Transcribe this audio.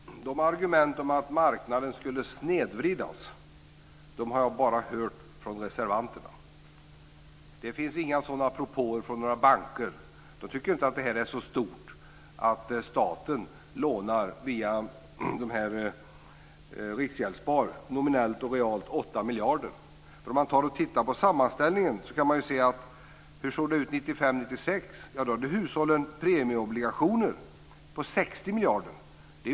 Fru talman! Argumenten om att marknaden skulle snedvridas har jag bara hört från reservanterna. Det finns inga sådana propåer från några banker. De tycker inte att det är så stort att staten lånar nominellt och realt 8 miljarder via Riksgäldsspar. Vid en titt på sammanställningen går det att se hur det såg ut 1995/96. Då hade hushållen premieobligationer som uppgick till 60 miljarder kronor.